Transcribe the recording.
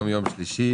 היום יום שלישי,